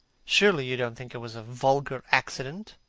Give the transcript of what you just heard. surely you don't think it was a vulgar accident?